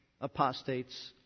apostates